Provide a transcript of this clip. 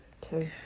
Two